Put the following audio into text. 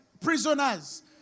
prisoners